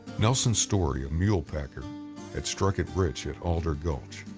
nelson story, a mule packer, had struck it rich at alder gulch.